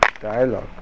dialogue